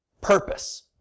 purpose